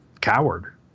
coward